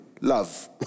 love